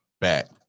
back